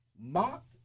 mocked